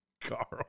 Carl